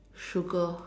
sugar